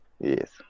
yes